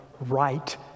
right